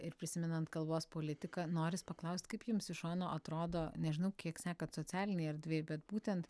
ir prisimenant kalbos politiką noris paklaust kaip jums iš šono atrodo nežinau kiek sekat socialinėj erdvėj bet būtent